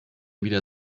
wieder